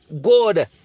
God